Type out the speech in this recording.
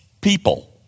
people